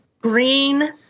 green